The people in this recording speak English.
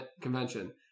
convention